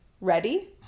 ready